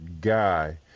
guy